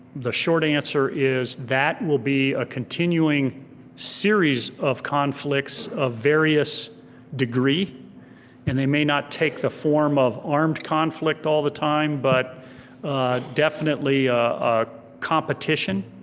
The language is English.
the short answer is that would be a continuing series of conflicts of various degree and they may not take the form of armed conflict all the time but definitely ah a competition.